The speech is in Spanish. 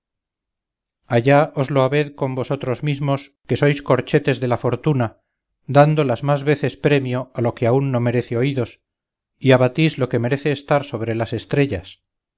allá os lo habed con vosotros mismos que sois corchetes de la fortuna dando las más veces premio a lo que aun no merece oídos y abatís lo que merece estar sobre las estrellas